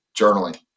journaling